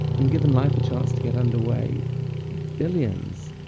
and given life a chance to get underway billions,